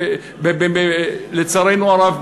לצערנו הרב,